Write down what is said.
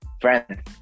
friends